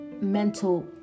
mental